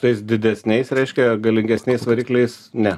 tais didesniais reiškia galingesniais varikliais ne